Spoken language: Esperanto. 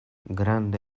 granda